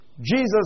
Jesus